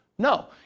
No